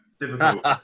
difficult